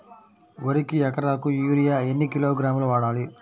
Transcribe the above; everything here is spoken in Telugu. వరికి ఎకరాకు యూరియా ఎన్ని కిలోగ్రాములు వాడాలి?